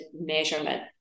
measurement